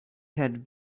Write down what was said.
had